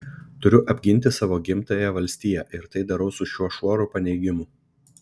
turiu apginti savo gimtąją valstiją ir tai darau su šiuo šuoru paneigimų